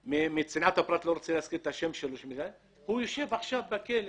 מפאת צנעת הפרט אני לא רוצה להזכיר את השם שלו אבל הוא עכשיו בכלא